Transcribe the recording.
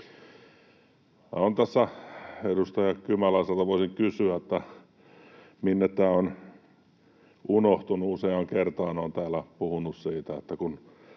Edustaja Kymäläiseltä voisin kysyä, minne tämä on unohtunut. Useaan kertaan olen täällä puhunut siitä, että kun